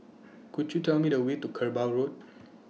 Could YOU Tell Me The Way to Kerbau Road